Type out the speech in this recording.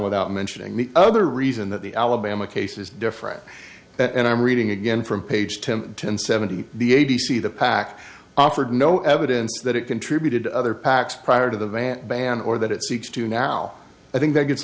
without mentioning the other reason that the alabama case is different and i'm reading again from page to ten seventy the a d c the pac offered no evidence that it contributed to other pacs prior to the van ban or that it seeks to now i think that gets